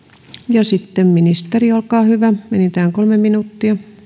ja sitten ministeri olkaa hyvä enintään kolme minuuttia